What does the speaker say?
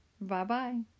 Bye-bye